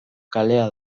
kalea